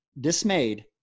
dismayed